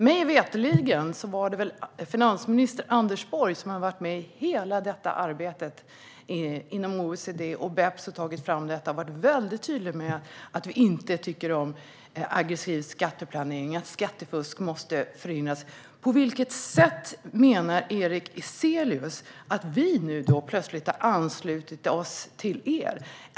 Mig veterligen var dåvarande finansminister Anders Borg med i hela detta arbete inom OECD med BEPS och var mycket tydlig med att vi inte tycker om aggressiv skatteplanering och att skattefusk måste förhindras. På vilket sätt menar Erik Ezelius att vi nu plötsligt har anslutit oss till er?